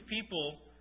people